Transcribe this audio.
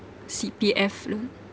C_P_F loan